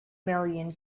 million